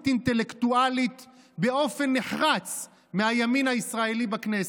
אינטלקטואלית באופן נחרץ מהימין הישראלי בכנסת.